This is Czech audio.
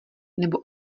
nebo